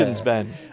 Ben